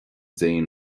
déan